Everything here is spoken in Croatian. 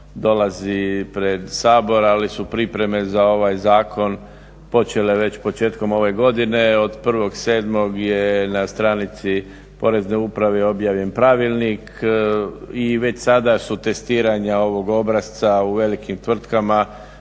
dolazi pred Sabor ali su pripreme za ovaj zakon počele već početkom ove godine od 1.7. je na stranici porezne uprave objavljen pravilnik i već sada su testiranja ovog obrasca u velikim tvrtkama,